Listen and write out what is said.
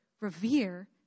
revere